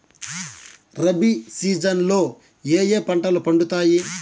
rabi season లో ఏ ఏ పంటలు పండుతాయి